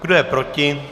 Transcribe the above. Kdo je proti?